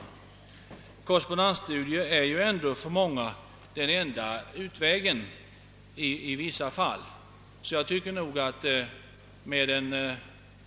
Korrespondensstudier är ändå för många den enda möjligheten att kunna studera.